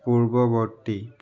পূৰ্ৱবৰ্তী